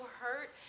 hurt